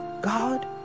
God